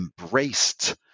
embraced